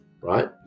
right